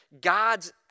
God's